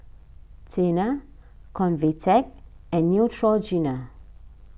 Tena Convatec and Neutrogena